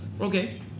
Okay